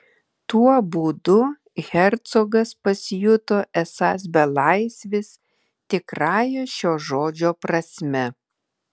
tuo būdu hercogas pasijuto esąs belaisvis tikrąja šio žodžio prasme